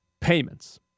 payments